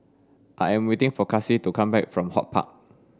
I am waiting for Kaci to come back from HortPark